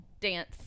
dance